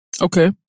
Okay